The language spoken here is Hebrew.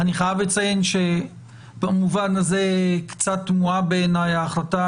אני חייב לציין שבמובן הזה קצת תמוהה בעיניי ההחלטה